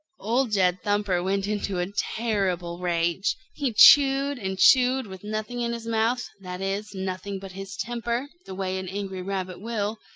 old jed thumper went into a terrible rage. he chewed and chewed with nothing in his mouth, that is, nothing but his temper, the way an angry rabbit will.